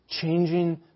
changing